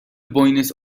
بوینس